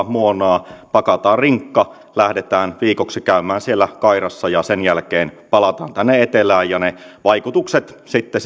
muonaa pakataan rinkka lähdetään viikoksi käymään siellä kairassa ja sen jälkeen palataan tänne etelään ne vaikutukset sitten